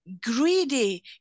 greedy